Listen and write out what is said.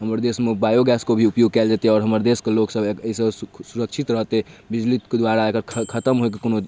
हमर देशमे बायोगैसके भी उपयोग कएल जेतै आओर हमर देशके लोकसभ एहिसँ सुरक्षित रहतै बिजलीके द्वारा एकर ख खतम होइके कोनो